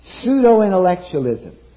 Pseudo-intellectualism